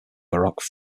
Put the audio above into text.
baroque